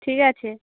ঠিক আছে